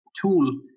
tool